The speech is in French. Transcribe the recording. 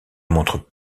montre